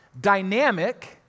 dynamic